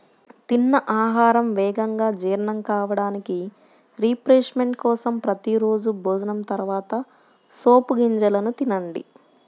తిన్న ఆహారం వేగంగా జీర్ణం కావడానికి, రిఫ్రెష్మెంట్ కోసం ప్రతి రోజూ భోజనం తర్వాత సోపు గింజలను తినండి